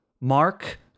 Mark